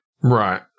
Right